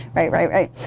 right, right, right?